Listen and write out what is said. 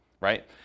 right